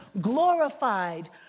glorified